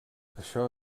això